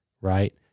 right